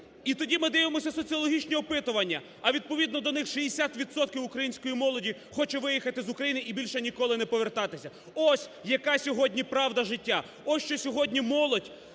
І тоді ми дивимося соціологічні опитування, а відповідно до них 60 відсотків української молоді хоче виїхати з України і більше ніколи не повертатися. Ось, яка сьогодні правда життя. Ось, що сьогодні молодь